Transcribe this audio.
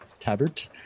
Tabert